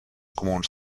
comuns